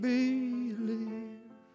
Believe